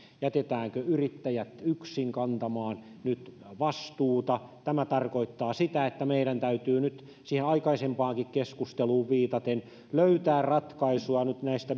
jätetäänkö yrittäjät yksin kantamaan nyt vastuuta tämä tarkoittaa sitä että meidän täytyy nyt siihen aikaisempaankin keskusteluun viitaten löytää ratkaisua nyt näistä